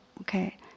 okay